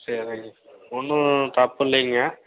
சரிங்க ஒன்றும் தப்பில்லைங்க